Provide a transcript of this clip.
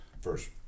First